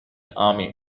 army